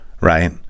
Right